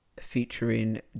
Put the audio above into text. featuring